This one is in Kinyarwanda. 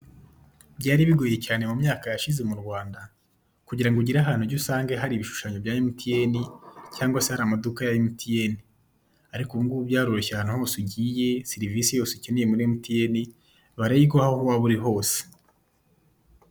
Byari bigoye cyane mu myaka yashize mu Rwanda kugira ngo ugire ahantu ujya usange hari ibishushanyo bya MTN cyangwa se hari amaduka ya MTN, ariko ubu ngubu byaroroshye ahantu hose ugiye serivisi yose ukeneye muri MTN barayigiha aho waba uri hose.